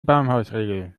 baumhausregel